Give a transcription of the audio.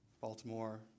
Baltimore